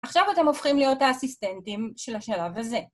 עכשיו אתם הופכים להיות האסיסטנטים של השלב הזה.